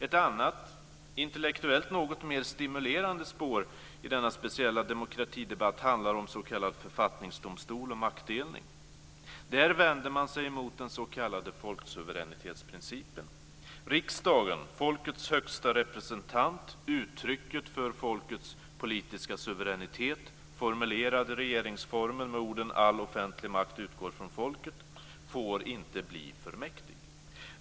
Ett annat intellektuellt något mer stimulerande spår i denna speciella demokratidebatt handlar om s.k. författningsdomstol och maktdelning. Där vänder man sig mot den s.k. folksuveränitetsprincipen. Riksdagen, folkets högsta representant, uttrycket för folkets politiska suveränitet, formulerad i regeringsformen med orden "all offentlig makt utgår från folket", får inte bli för mäktig.